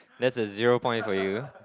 that's a zero point for you